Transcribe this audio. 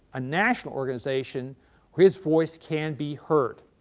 a national organization, where his voice can be heard.